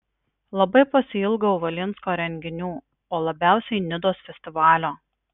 labai pasiilgau valinsko renginių o labiausiai nidos festivalio